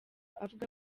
avuga